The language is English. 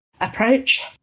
approach